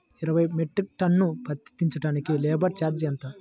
ఇరవై metric ton పత్తి దించటానికి లేబర్ ఛార్జీ ఎంత?